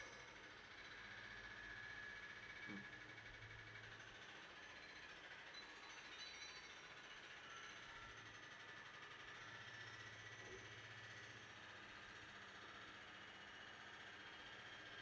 mm